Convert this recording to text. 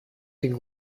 την